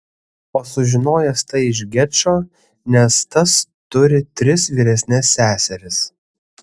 o sužinojęs tai iš gečo nes tas turi tris vyresnes seseris